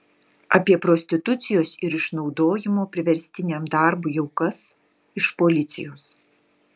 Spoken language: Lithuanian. apie prostitucijos ir išnaudojimo priverstiniam darbui aukas iš policijos